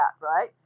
right